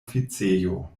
oficejo